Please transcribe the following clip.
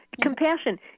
Compassion